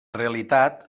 realitat